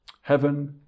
Heaven